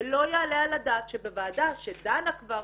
ולא יעלה על הדעת שבוועדה שדנה כבר